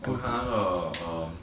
我看那个 um